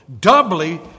Doubly